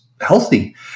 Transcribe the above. healthy